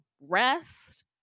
rest